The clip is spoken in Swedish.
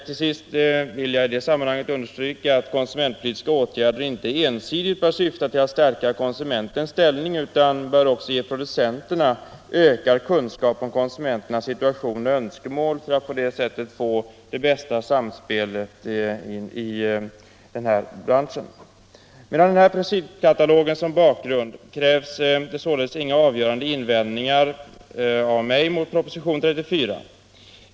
Till sist vill jag i detta sammanhang understryka att konsumentpolitiska åtgärder inte ensidigt bör syfta till att stärka konsumentens ställning, utan de bör också ge producenterna ökad kunskap om konsumenternas situation och önskemål för att man på det sättet skall få det bästa samspelet i branschen. Med den här principkatalogen som bakgrund krävs det således inga avgörande invändningar av mig mot proposition nr 34.